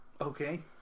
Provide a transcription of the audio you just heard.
Okay